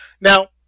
Now